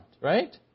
right